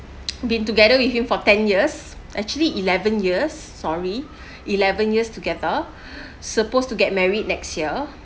been together with him for ten years actually eleven years sorry eleven years together supposed to get married next year